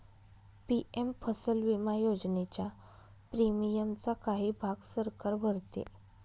PM फसल विमा योजनेच्या प्रीमियमचा काही भाग सरकार भरते